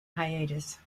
hiatus